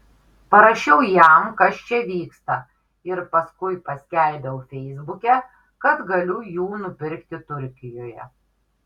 parašiau jam kas čia vyksta ir paskui paskelbiau feisbuke kad galiu jų nupirkti turkijoje